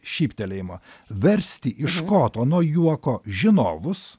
šyptelėjimo versti iš koto nuo juoko žinovus